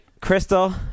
Crystal